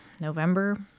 November